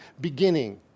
beginning